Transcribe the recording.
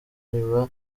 nyuma